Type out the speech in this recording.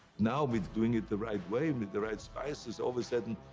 now with doing it the right way, and with the right spices, all of a sudden,